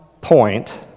point